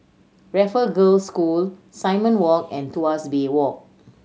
Raffle Girls' School Simon Walk and Tuas Bay Walk